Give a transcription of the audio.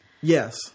Yes